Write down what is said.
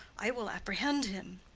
i will apprehend him.